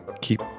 Keep